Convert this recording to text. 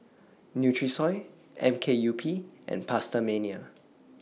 Nutrisoy M K U P and PastaMania